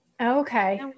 Okay